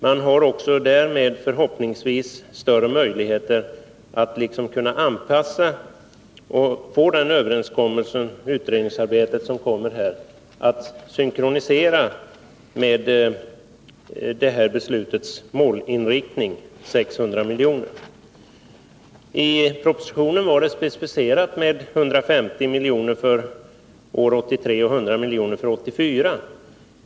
Man har därmed förhoppningsvis större möjligheter att kunna anpassa överenskommelsen och få utredningsarbetet att synkronisera med beslutets målinriktning, nämligen 600 milj.kr. I propositionen var beloppen specificerade med 150 milj.kr. för år 1983 och 100 milj.kr. för år 1984.